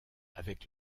avec